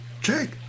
Jake